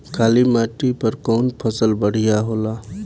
काली माटी पर कउन फसल बढ़िया होला?